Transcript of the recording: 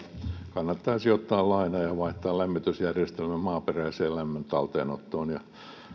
kannattaisi ottaa laina ja vaihtaa lämmitysjärjestelmä maaperäisen lämmön talteenottoon ja